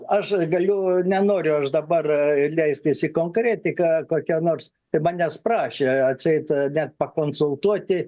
aš galiu nenoriu aš dabar leistis į konkretiką kokią nors manęs prašė atseit net pakonsultuoti